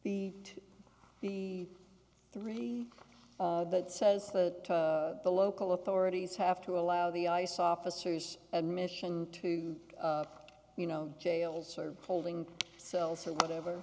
be the three that says that the local authorities have to allow the ice officers admission to you know jails are holding cells or whatever